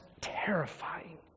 terrifying